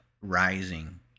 rising